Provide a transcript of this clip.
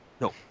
no